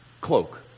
cloak